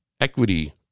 equity